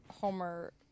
Homer